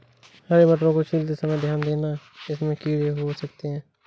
हरे मटरों को छीलते समय ध्यान देना, इनमें कीड़े हो सकते हैं